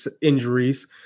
injuries